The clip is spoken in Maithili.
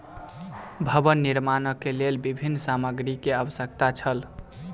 भवन निर्माणक लेल विभिन्न सामग्री के आवश्यकता छल